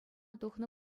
тухнӑ